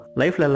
life